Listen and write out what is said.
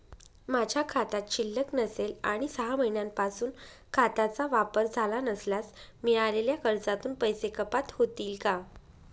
माझ्या खात्यात शिल्लक नसेल आणि सहा महिन्यांपासून खात्याचा वापर झाला नसल्यास मिळालेल्या कर्जातून पैसे कपात होतील का?